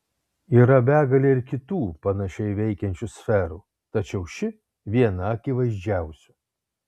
yra begalė ir kitų panašiai veikiančių sferų tačiau ši viena akivaizdžiausių